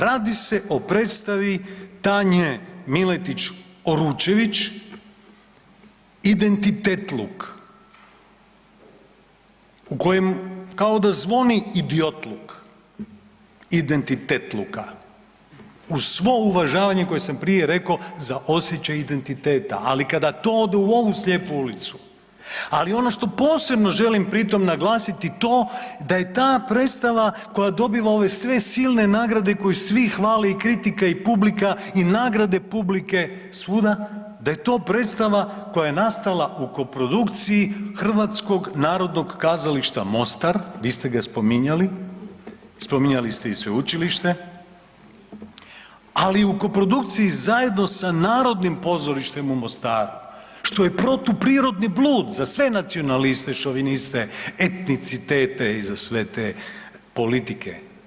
Radi se o predstavi Tanje Miletić Oručević, Identitetluk u koje kao da zvoni idiotluk identitetluka, uz svo uvažavanje koje sam prije rekao za osjećaj identiteta, ali kada to ode u ovu slijepu ulicu, ali ono što posebno želim pritom naglasiti to da je ta predstava koja dobiva ove sve silne nagrade koje svi hvale i kritika i publika i nagrade publike svuda, da je to predstava koja je nastala u koprodukcije Hrvatskog narodnog kazališta Mostar, vi ste ga spominjali, spominjali ste i sveučilište, ali u koprodukciji zajedno sa Narodnim pozorištem u Mostaru što je protuprirodni blud za sve nacionaliste, šoviniste, etnicitete i za sve te politike.